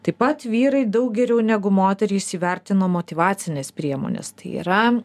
taip pat vyrai daug geriau negu moterys įvertino motyvacines priemones tai yra